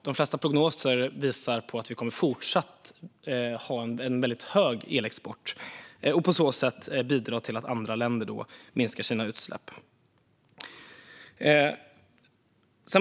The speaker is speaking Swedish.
De flesta prognoser visar tvärtom att vi kommer att fortsätta ha en väldigt hög elexport och på så sätt bidra till att andra länder minskar sina utsläpp.